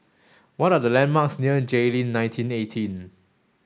what are the landmarks near Jayleen nineteen eighteen